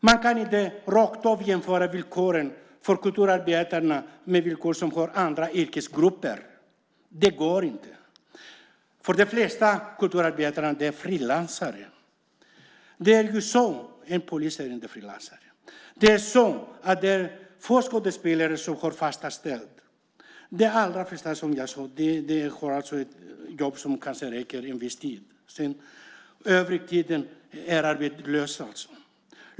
Man kan inte rakt av jämföra villkoren för kulturarbetarna med villkor som andra yrkesgrupper har. Det går inte. De flesta kulturarbetare är frilansare. En polis är inte frilansare. Få skådespelare har fast anställning. De allra flesta har ett jobb som kanske räcker en viss tid, som jag sade. Den övriga tiden är de arbetslösa.